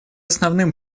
основным